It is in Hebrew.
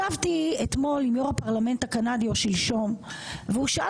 ישבתי אתמול או שלשום עם יושב ראש הפרלמנט הקנדי והוא ביקש